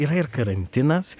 yra ir karantinas